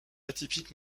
atypique